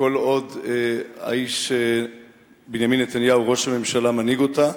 כל עוד האיש בנימין נתניהו ראש הממשלה מנהיג אותה,